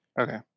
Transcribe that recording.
okay